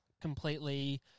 completely